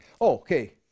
okay